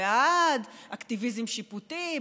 בעד אקטיביזם שיפוטי,